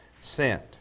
sent